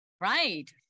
Right